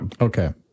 Okay